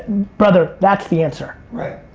brother, that's the answer. right,